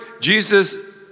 Jesus